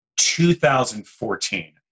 2014